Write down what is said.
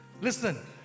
Listen